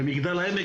במגדל העמק,